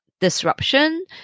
disruption